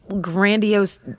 grandiose